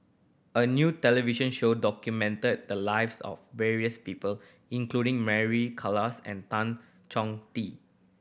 a new television show documented the lives of various people including Mary Klass and Tan Chong Tee